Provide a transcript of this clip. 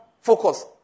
focus